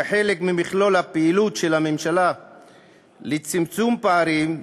כחלק ממכלול הפעילות של הממשלה לצמצום פערים,